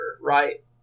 right